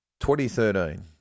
2013